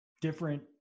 different